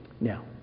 Now